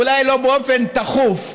אולי לא באופן תכוף,